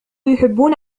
يحبون